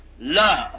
love